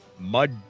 mud